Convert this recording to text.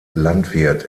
landwirt